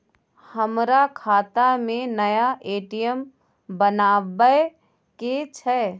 हमर खाता में नया ए.टी.एम बनाबै के छै?